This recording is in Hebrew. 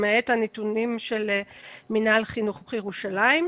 למעט הנתונים של מינהל החינוך בירושלים.